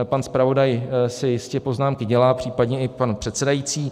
Pan zpravodaj si jistě poznámky dělá, případně i pan předsedající.